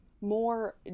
more